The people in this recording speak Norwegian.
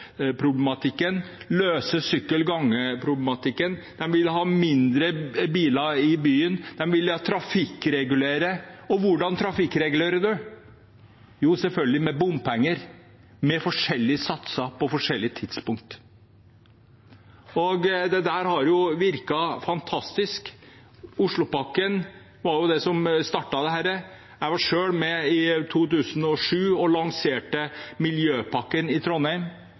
løse sykkel- og gangeproblematikken. De ville ha færre biler i byen. De ville trafikkregulere. Og hvordan trafikkregulerer man? Jo, selvfølgelig med bompenger – med forskjellige satser på forskjellige tidspunkt. Dette har virket fantastisk. Oslopakkene var jo det som startet dette. Jeg var selv med i 2007 og lanserte Miljøpakke Trondheim. Allerede fra 2009, etter kompromisser med mange partier i Trondheim,